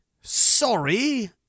Sorry